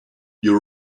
your